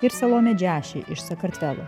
ir salomė džiaši iš sakartvelo